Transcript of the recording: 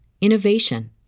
innovation